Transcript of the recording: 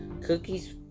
Cookie's